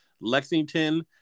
Lexington